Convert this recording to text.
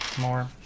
more